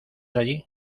allí